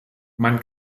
man